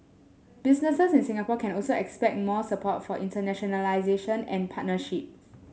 businesses in Singapore can also expect more support for internationalisation and partnerships